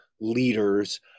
leaders